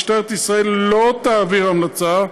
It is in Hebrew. משטרת ישראל לא תעביר המלצה,